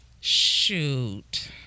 Shoot